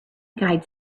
guides